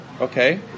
okay